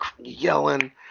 yelling